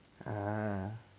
uh